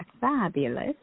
fabulous